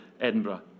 Edinburgh